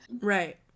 Right